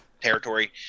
territory